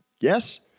yes